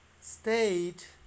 state